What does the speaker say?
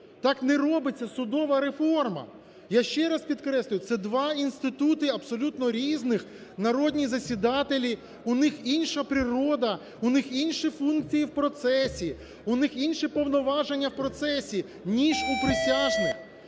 Так не робиться судова реформа. Я ще раз підкреслюю, це два інститути абсолютно різних народні засідателі, у них інша природа, у них інші функції в процесі, у них інші повноваження в процесі ніж у присяжних.